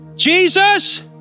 Jesus